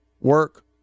work